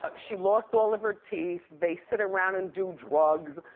ah she lost all of her teeth, they sit around and do drugs,